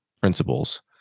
principles